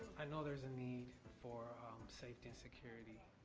i know there's a need for safety and security,